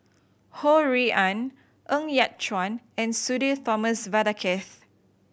Ho Rui An Ng Yat Chuan and Sudhir Thomas Vadaketh